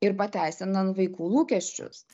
ir pateisinant vaikų lūkesčius